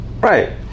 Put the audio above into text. Right